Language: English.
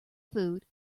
food